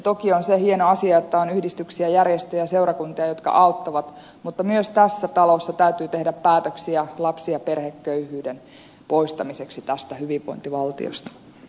toki on hieno asia että on yhdistyksiä järjestöjä ja seurakuntia jotka auttavat mutta myös tässä talossa täytyy tehdä päätöksiä lapsi ja perheköyhyyden poistamiseksi tästä hyvinvointivaltiosta